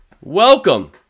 welcome